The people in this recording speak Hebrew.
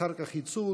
אחר כך הם יצאו,